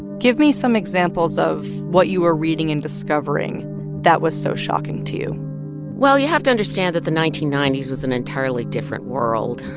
give me some examples of what you were reading and discovering that was so shocking to you well, you have to understand that the nineteen ninety s was an entirely different world.